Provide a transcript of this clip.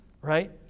Right